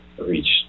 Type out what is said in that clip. reached